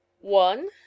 One